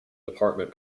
department